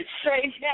straight